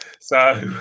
So-